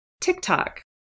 TikTok